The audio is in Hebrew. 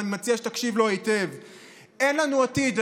ואני מציע שתקשיב לו היטב: אין לנו עתיד,